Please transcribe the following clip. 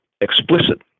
explicit